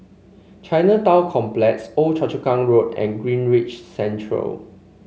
Chinatown Complex Old Choa Chu Kang Road and Greenridge Center